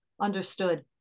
understood